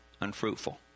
unfruitful